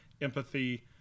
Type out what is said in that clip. empathy